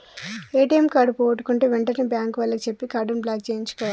ATM card పోగొట్టుకుంటే వెంటనే bank వాళ్లకి చెప్పి కార్డుని బ్లాక్ చేయించుకోవాలే